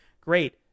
great